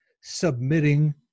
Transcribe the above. submitting